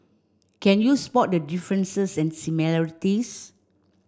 can you spot the differences and similarities